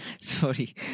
sorry